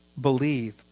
Believe